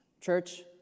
Church